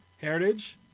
Heritage